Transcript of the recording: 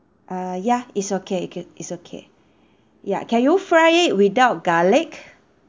uh ya is okay K is okay ya can you fry it without garlic